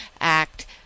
act